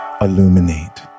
illuminate